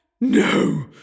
No